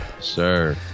sir